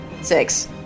six